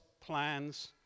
plans